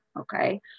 okay